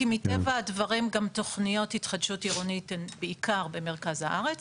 כי מטבע הדברים גם תוכניות התחדשות עירונית היא בעיקר במרכז הארץ.